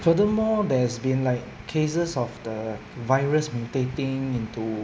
furthermore there's been like cases of the virus mutating into